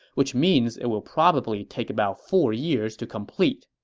which means it will probably take about four years to complete.